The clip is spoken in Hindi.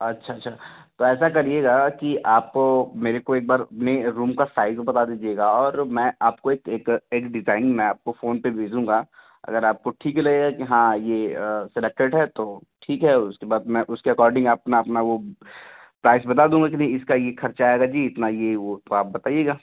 अच्छा अच्छा तो ऐसा करिएगा कि आपको मेरे को एक बार अपने रूम का साइज़ बता दीजिएगा और मैं आपको एक एक डिज़ाइन मैं आपको फ़ोन पर भेज़ूँगा अगर आपको ठीक लगेगा कि हाँ ये सेलेक्टेड है तो ठीक है उसके बाद मैं उसके अकॉर्डिंग अपना अपना वो प्राइस बता दूँगा कि भाई इसका ये खर्चा आएगा जी इतना ये वो तो आप बताइएगा